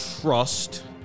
trust